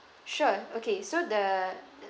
sure okay so the